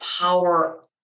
power